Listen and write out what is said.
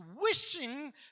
wishing